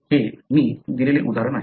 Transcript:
हे मी दिलेले उदाहरण आहे